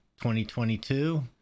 2022